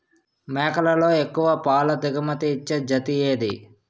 మేకలలో ఎక్కువ పాల దిగుమతి ఇచ్చే జతి ఏది?